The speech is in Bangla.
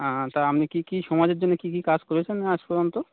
হ্যাঁ তা আপনি কী কী সমাজের জন্য কী কী কাজ করেছেন আজ পর্যন্ত